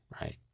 right